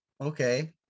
okay